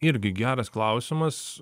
irgi geras klausimas